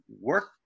work